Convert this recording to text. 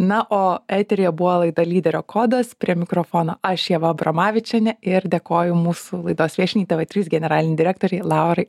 na o eteryje buvo laida lyderio kodas prie mikrofono aš ieva abromavičienė ir dėkoju mūsų laidos viešniai tv trys generalinei direktorei laurai